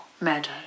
meadow